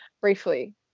briefly